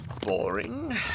Boring